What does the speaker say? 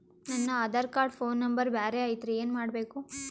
ನನ Aadhaar card phone number ಬ್ಯಾರೆ ಐತ್ರಿ ಏನ ಮಾಡಬೇಕು?